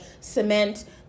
cement